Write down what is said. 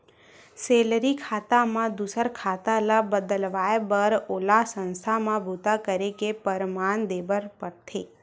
salary खाता म दूसर खाता ल बदलवाए बर ओला संस्था म बूता करे के परमान देबर परथे